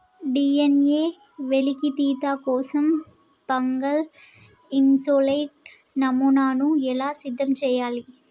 DNA వెలికితీత కోసం fungal isolate నమూనాను ఎలా సిద్ధం చెయ్యాలి?